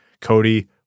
Cody